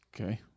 Okay